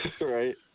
right